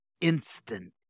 instant